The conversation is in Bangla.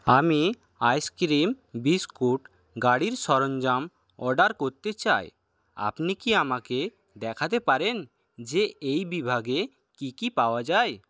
আমি আইসক্রিম বিস্কুট গাড়ির সরঞ্জাম অর্ডার করতে চাই আপনি কি আমাকে দেখাতে পারেন যে এই বিভাগে কী কী পাওয়া যায়